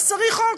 אז צריך חוק.